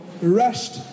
Rushed